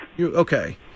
Okay